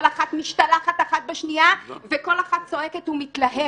כל אחת משתלחת אחת בשנייה, וכל אחת צועקת ומתלהמת.